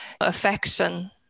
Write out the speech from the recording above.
affection